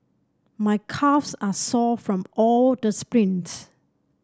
my calves are sore from all the sprints